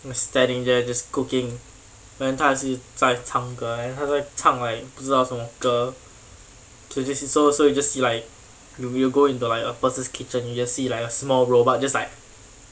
standing there just cooking then 它是在唱歌 then 他在唱 like 不知道什么歌 kay you just see so so you just see like you you go into like a person's kitchen you just see like a small robot just like